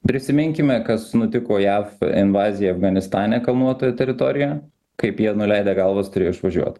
prisiminkime kas nutiko jav invazija afganistane kalnuotoje teritorijoje kaip jie nuleidę galvas turėjo išvažiuot